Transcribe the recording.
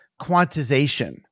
quantization